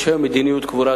יש היום מדיניות קבורה,